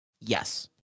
yes